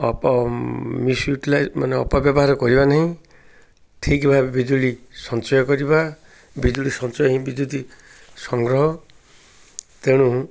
up misutilize ମାନେ ଅପ ବ୍ୟବହାର କରିବା ନାହିଁ ଠିକ୍ ଭାବେ ବିଜୁଳି ସଞ୍ଚୟ କରିବା ବିଜୁଳି ସଞ୍ଚୟ ହିଁ ବିଦ୍ୟୁତ ସଂଗ୍ରହ ତେଣୁ